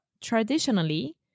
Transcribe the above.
traditionally